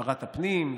שרת הפנים,